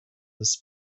this